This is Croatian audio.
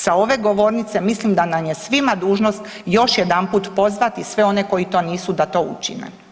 Sa ove govornice mislim da nam je svima dužnost još jedanput pozvati sve one koji to nisu da to učine.